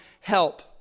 help